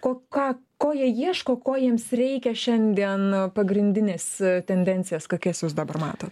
ko ką ko jie ieško ko jiems reikia šiandien pagrindinės tendencijas kokias jūs dabar matot